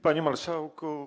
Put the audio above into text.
Panie Marszałku!